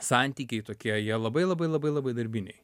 santykiai tokie jie labai labai labai labai darbiniai